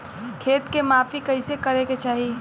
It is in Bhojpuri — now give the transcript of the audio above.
खेत के माफ़ी कईसे करें के चाही?